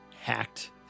hacked